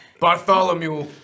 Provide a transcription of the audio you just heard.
Bartholomew